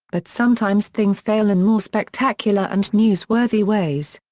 but sometimes things fail in more spectacular and news-worthy ways.